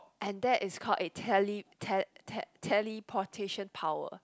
and that is caledl a tele~ te~ te~ teleportation power